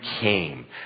came